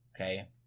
okay